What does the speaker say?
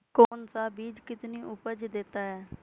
कौन सा बीज कितनी उपज देता है?